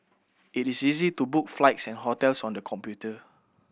it is easy to book flights and hotels on the computer